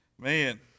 Man